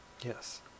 Yes